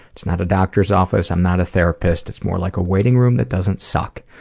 it's not a doctor's office. i'm not a therapist. it's more like a waiting room that doesn't suck.